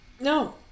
no